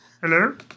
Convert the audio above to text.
Hello